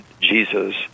Jesus